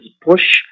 push